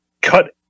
Cut